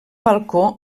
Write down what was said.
balcó